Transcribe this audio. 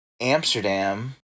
Amsterdam